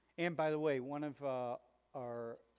and by the way one of our.